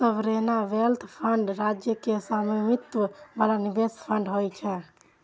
sovereign wealth fund राज्य के स्वामित्व बला निवेश फंड होइ छै